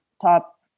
top